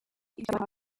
ibyaha